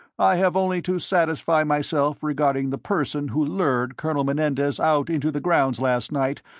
i have only to satisfy myself regarding the person who lured colonel menendez out into the grounds last night,